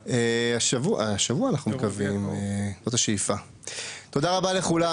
תודה רבה לכולם.